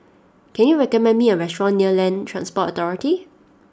can you recommend me a restaurant near Land Transport Authority